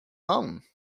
long